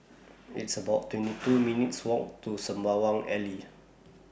It's about twenty two minutes' Walk to Sembawang Alley